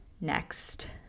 next